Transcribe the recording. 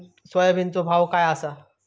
सोयाबीनचो भाव काय आसा?